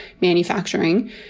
manufacturing